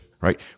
right